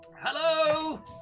Hello